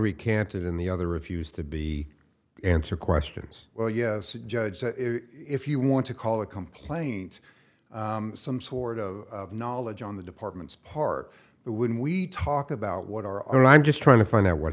recanted in the other refused to be answer questions well yes a judge said if you want to call a complaint some sort of knowledge on the department's part but when we talk about what our i mean i'm just trying to find out what